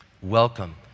Welcome